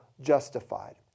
justified